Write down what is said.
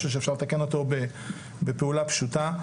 משהו שאפשר לתקן אותו בפעולה פשוטה.